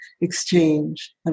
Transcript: exchange